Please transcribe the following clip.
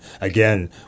again